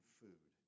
food